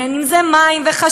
בין אם זה מים וחשמל,